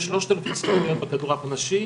יש שלושת אלפים ספורטאיות בכדורעף הנשי,